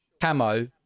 camo